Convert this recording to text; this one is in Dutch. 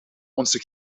onze